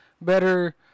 better